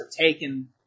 taken